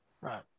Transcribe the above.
right